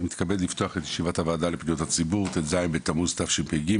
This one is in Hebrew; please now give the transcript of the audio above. אני מתכבד לפתוח את ישיבת הוועדה לפניות הציבור ט"ז בתמוז התשפ"ג.